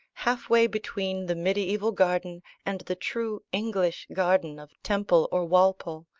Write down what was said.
half-way between the medieval garden and the true english garden of temple or walpole,